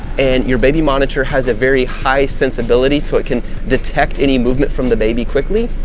and your baby monitor has a very high sensibility, so it can detect any movement from the baby quickly.